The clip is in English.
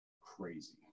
crazy